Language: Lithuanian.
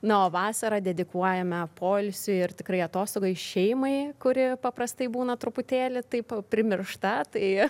na o vasarą dedikuojame poilsiui ir tikrai atostogų šeimai kuri paprastai būna truputėlį taip primiršta tai